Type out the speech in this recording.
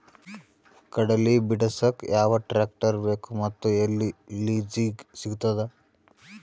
ಕಡಲಿ ಬಿಡಸಕ್ ಯಾವ ಟ್ರ್ಯಾಕ್ಟರ್ ಬೇಕು ಮತ್ತು ಎಲ್ಲಿ ಲಿಜೀಗ ಸಿಗತದ?